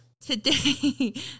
Today